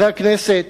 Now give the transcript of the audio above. חברי הכנסת,